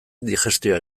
digestioa